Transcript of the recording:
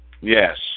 Yes